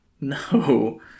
No